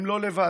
הם לא לבד.